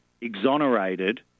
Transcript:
exonerated